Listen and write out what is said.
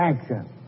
action